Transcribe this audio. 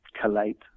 collate